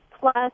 Plus